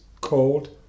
called